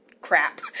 crap